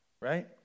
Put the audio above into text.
right